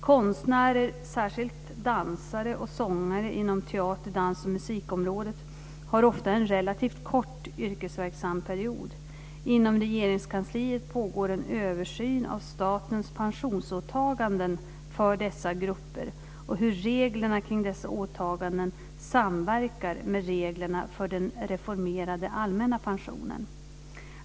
Konstnärer, särskilt dansare och sångare inom teater-, dans-, och musikområdet, har ofta en relativt kort yrkesverksam period. Inom Regeringskansliet pågår en översyn av statens pensionsåtaganden för dessa grupper och av hur reglerna kring dessa åtaganden samverkar med reglerna för den reformerade allmänna pensionen.